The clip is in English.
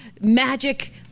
magic